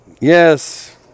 Yes